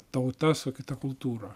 tauta su kita kultūra